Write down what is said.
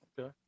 Okay